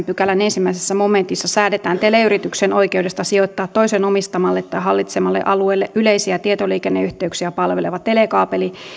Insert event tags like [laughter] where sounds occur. [unintelligible] pykälän ensimmäisessä momentissa säädetään teleyrityksen oikeudesta sijoittaa toisen omistamalle tai hallitsemalle alueelle yleisiä tietoliikenneyhteyksiä palveleva telekaapeli